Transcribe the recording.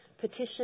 Petition